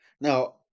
Now